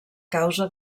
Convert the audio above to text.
causa